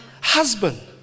husband